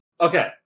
Okay